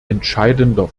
entscheidender